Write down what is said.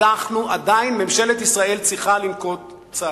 עדיין ממשלת ישראל צריכה לנקוט צעדים.